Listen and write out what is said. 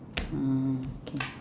okay